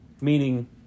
Meaning